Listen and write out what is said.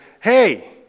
Hey